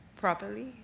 properly